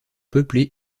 peuplé